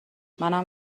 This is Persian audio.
منم